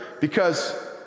because-